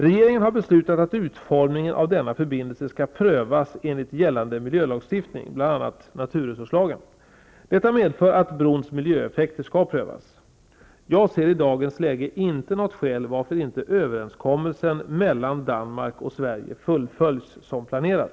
Regeringen har beslutat att utformningen av denna förbindelse skall prövas enligt gällande miljölagstiftning, bl.a. naturresurslagen. Detta medför att brons miljöeffekter skall prövas. Jag ser i dagens läge inte något skäl varför inte överenskommelsen mellan Danmark och Sverige fullföljs som planerat.